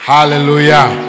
Hallelujah